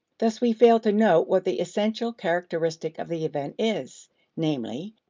thus we fail to note what the essential characteristic of the event is namely,